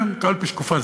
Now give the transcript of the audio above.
כן, קלפי שקופה.